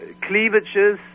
cleavages